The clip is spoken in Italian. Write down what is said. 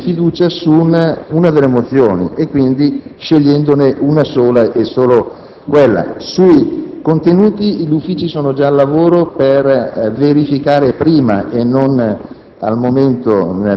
ponendo la questione di fiducia su una delle mozioni, e quindi scegliendone una sola e solo quella. Sui contenuti, gli Uffici sono già al lavoro per verificare anticipatamente